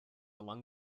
along